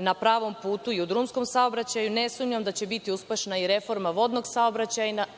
na pravom putu i drumskom saobraćaju. Ne sumnjam da će biti uspešna i reforma vodnog